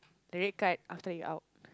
the red card after that you out